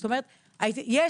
זאת אומרת, היום,